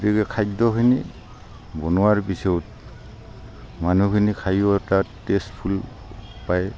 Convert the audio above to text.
গতিকে খাদ্যখিনি বনোৱাৰ পিছত মানুহখিনি খায়ো আৰু তাত টেষ্টফুল পায়